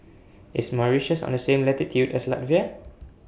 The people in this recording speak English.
IS Mauritius on The same latitude as Latvia